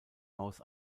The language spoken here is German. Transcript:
aus